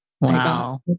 Wow